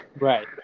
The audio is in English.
Right